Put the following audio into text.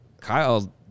Kyle